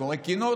קורא קינות,